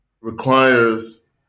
requires